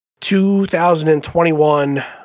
2021